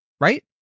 right